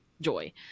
joy